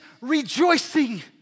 rejoicing